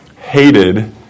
hated